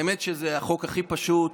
האמת היא שזה החוק הכי פשוט,